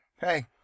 Hey